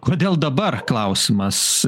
kodėl dabar klausimas